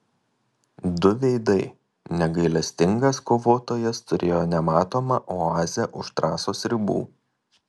du veidai negailestingas kovotojas turėjo nematomą oazę už trasos ribų